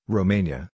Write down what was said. Romania